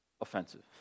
Offensive